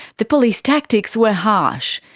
the police tactics were harsh.